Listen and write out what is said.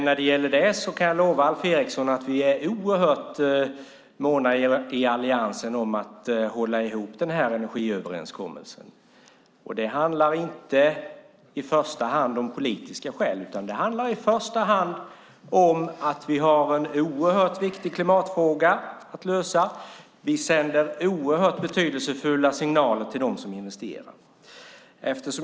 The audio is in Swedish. Jag kan lova Alf Eriksson att vi i alliansen är oerhört måna om att hålla ihop energiöverenskommelsen. Det är inte i första hand av politiska skäl. Det handlar i första hand om att vi har en oerhört viktig klimatfråga att lösa. Vi sänder betydelsefulla signaler till dem som investerar.